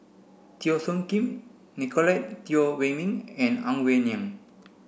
Teo Soon Kim Nicolette Teo Wei min and Ang Wei Neng